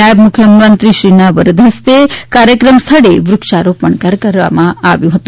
નાયબ મુખ્યમંત્રીશ્રીના વરદ હસ્તે કાર્યક્રમ સ્થળે વૃક્ષારોપણ કરવામાં આવ્યું હતું